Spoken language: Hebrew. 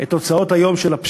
היום את התוצאות של הפשיעה,